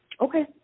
Okay